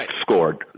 scored